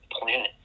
planet